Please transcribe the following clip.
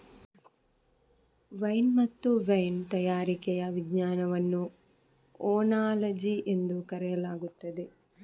wine ಮತ್ತು wine ತಯಾರಿಕೆಯ ವಿಜ್ಞಾನವನ್ನು ಓನಾಲಜಿ ಎಂದು ಕರೆಯಲಾಗುತ್ತದೆ